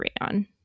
rayon